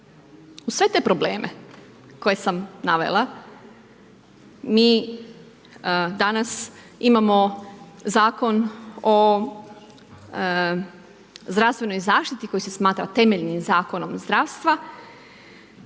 uz sve te probleme koje sam navela, mi danas imamo zakon o zdravstvenoj zaštiti koji se smatra temeljnim zakonom zdravstva,